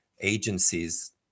agencies